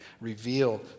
reveal